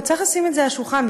וצריך לשים את זה על השולחן,